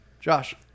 Josh